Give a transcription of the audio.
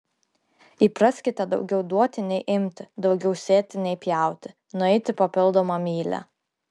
įpraskite daugiau duoti nei imti daugiau sėti nei pjauti nueiti papildomą mylią